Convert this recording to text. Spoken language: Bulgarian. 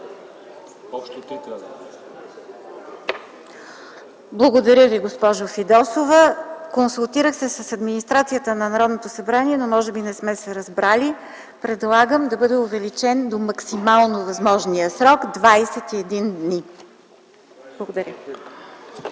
Благодаря Ви, госпожо Фидосова. Консултирах се с администрацията на Народното събрание, но може би не сме се разбрали. Предлагам да бъде увеличен до максимално възможния срок – 21 дни. Благодаря.